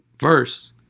verse